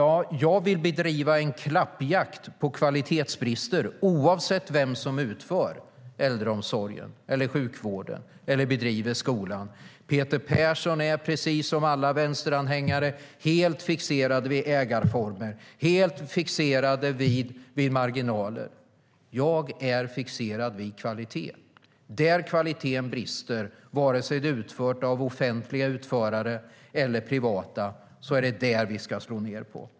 Jag vill bedriva en klappjakt på kvalitetsbrister oavsett vem som utför äldreomsorgen eller sjukvården eller driver skolan. Peter Persson är, precis som alla vänsteranhängare, helt fixerad vid ägarformer och marginaler. Jag är fixerad vid kvalitet. Där kvaliteten brister, vare sig omsorgen är utförd av offentliga utförare eller av privata utförare, ska vi slå ned på bristerna.